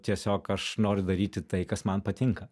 tiesiog aš noriu daryti tai kas man patinka